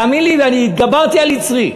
תאמין לי, התגברתי על יצרי.